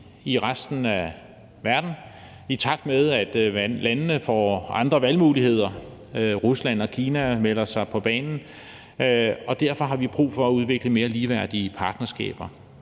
i resten af verden, i takt med at landene får andre valgmuligheder og Rusland og Kina melder sig på banen. Derfor har vi brug for at udvikle mere ligeværdige partnerskaber,